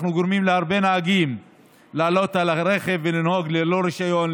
אנחנו גורמים להרבה נהגים לעלות על הרכב ולנהוג ללא רישיון,